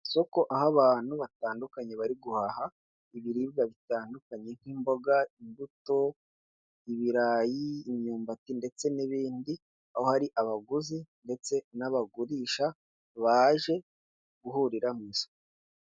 Isoko aho abantu batandukanye bari guhaha ibiribwa bitandukanye. Nk'imboga, imbuto, ibirayi, imyumbati ndetse n'ibindi. Aho hari abaguzi ndetse n'abagurisha baje guhurira mu isoko.